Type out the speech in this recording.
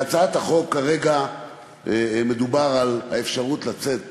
בהצעת החוק כרגע מדובר על האפשרות לצאת